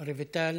רויטל,